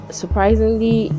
surprisingly